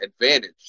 advantage